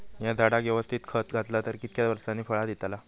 हया झाडाक यवस्तित खत घातला तर कितक्या वरसांनी फळा दीताला?